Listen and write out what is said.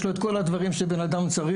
יש לו את כל הדברים שבנאדם צריך.